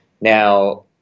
Now